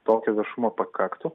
tokio viešumo pakaktų